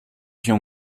się